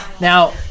now